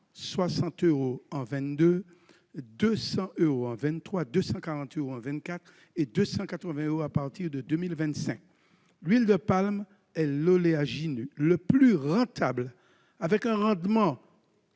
160 euros en 2022, à 200 euros en 2023, à 240 euros en 2024 et à 280 euros à partir de 2025. L'huile de palme est l'oléagineux le plus rentable, avec un rendement